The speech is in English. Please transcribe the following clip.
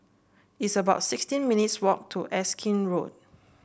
it's about sixteen minutes' walk to Erskine Road